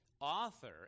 Author